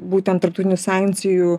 būtent tarptautinių sankcijų